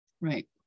Right